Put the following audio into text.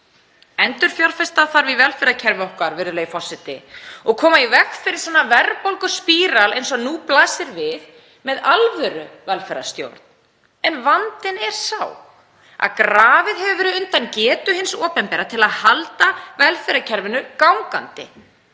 Endurfjárfesta þarf í velferðarkerfi okkar, virðulegi forseti, og koma í veg fyrir svona verðbólguspíral eins og nú blasir við með alvöruvelferðarstjórn. En vandinn er sá að grafið hefur verið undan getu hins opinbera til að halda velferðarkerfinu gangandi.